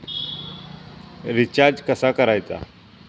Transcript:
Recharge कसा करायचा?